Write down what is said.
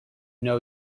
know